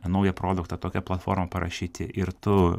naują produktą tokią platformą parašyti ir tu